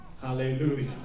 Hallelujah